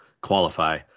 qualify